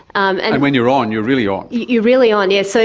um and when you're on, you're really on. you're really on, yes. so